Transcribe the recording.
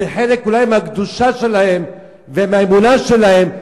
זה חלק אולי מהקדושה שלהם ומהאמונה שלהם,